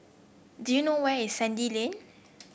do you know where is Sandy Lane